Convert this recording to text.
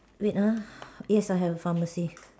wait ah yes I have a pharmacy